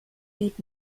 geht